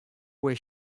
where